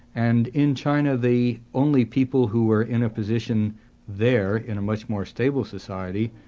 and in china the only people who were in a position there, in a much more stable society,